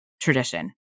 tradition